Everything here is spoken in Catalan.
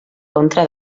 contra